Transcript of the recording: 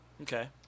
Okay